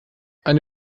eine